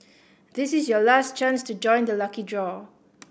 this is your last chance to join the lucky draw